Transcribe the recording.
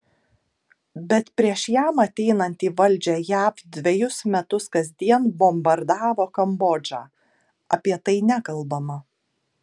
bet prieš jam ateinant į valdžią jav dvejus metus kasdien bombardavo kambodžą apie tai nekalbama